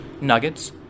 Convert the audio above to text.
nuggets